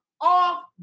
off